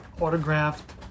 autographed